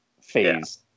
phase